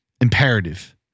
imperative